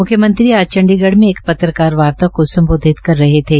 म्ख्यमंत्री आज चंडीगढ़ में एक पत्रकार वार्ता को सम्बोधित कर रहे थे